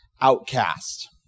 Outcast